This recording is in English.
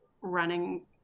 running